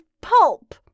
pulp